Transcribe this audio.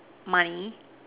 money